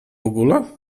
ogóle